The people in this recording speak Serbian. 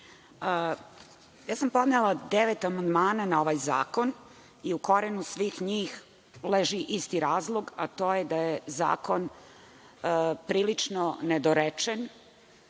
sam devet amandmana na ovaj zakon i u korenu svih njih leži isti razlog, a to je da je zakon prilično nedorečen,